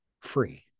free